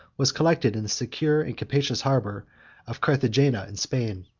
was collected in the secure and capacious harbor of carthagena in spain.